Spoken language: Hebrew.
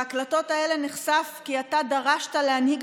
בהקלטות האלה נחשף כי אתה דרשת להנהיג